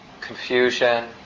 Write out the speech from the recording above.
confusion